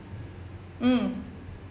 mm